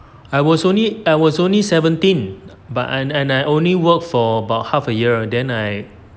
I was only I was only seventeen but and and I only work for about half a year then I